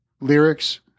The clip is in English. lyrics